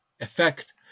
effect